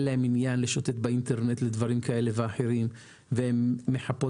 אין להן עניין לשוטט באינטרנט לדברים כאלה ואחרים והן מחפות